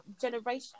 generation